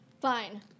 fine